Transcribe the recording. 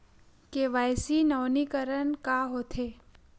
KYC नवीनीकरण का होथे?